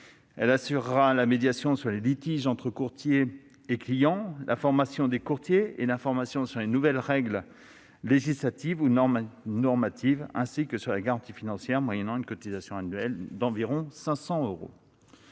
Celle-ci assurera la médiation sur les litiges entre courtiers et clients, la formation des courtiers et l'information sur les nouvelles règles législatives ou normatives, ainsi que sur la garantie financière, moyennant une cotisation annuelle d'environ 500 euros.